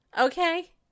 okay